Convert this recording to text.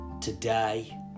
today